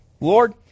Lord